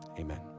amen